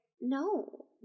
no